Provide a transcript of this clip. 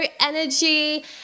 energy